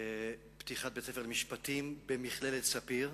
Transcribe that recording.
אתמול פתיחת בית-ספר למשפטים במכללת "ספיר".